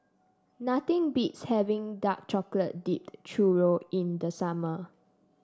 nothing beats having Dark Chocolate Dipped Churro in the summer